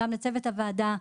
גם לצוות הוועדה,